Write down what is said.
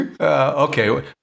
Okay